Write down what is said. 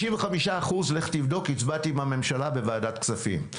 לך תבדוק 65% הצבעתי עם הממשלה בוועדת כספים,